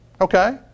okay